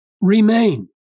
remain